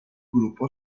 gruppo